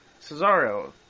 Cesaro